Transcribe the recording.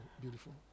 beautiful